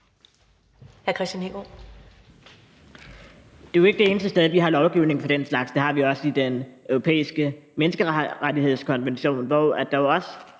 Det er ikke det eneste sted, vi har lovgivning for den slags. Det har vi også i Den Europæiske Menneskerettighedskonvention, hvor der også